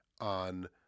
on